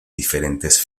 diferentes